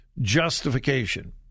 justification